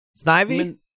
snivy